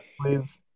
please